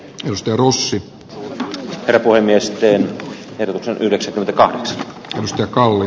turussa ei voi myöskään erotuksen yhdeksänkymmentäkaksi rekalla